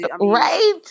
Right